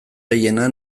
gehiena